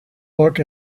look